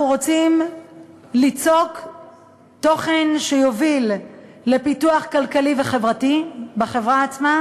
אנחנו רוצים ליצוק תוכן שיוביל לפיתוח כלכלי וחברתי בחברה עצמה,